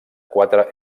quatre